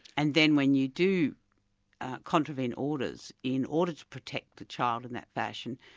and then when you do contravene orders, in order to protect the child in that fashion,